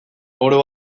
oro